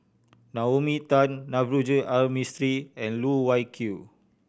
Naomi Tan Navroji R Mistri and Loh Wai Kiew